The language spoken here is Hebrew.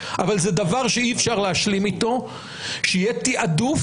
אבל זה דבר שאי אפשר להשלים איתו שיהיה תיעדוף